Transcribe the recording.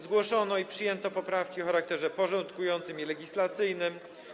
Zgłoszono i przyjęto poprawki o charakterze porządkującym i legislacyjnym.